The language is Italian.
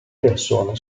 persone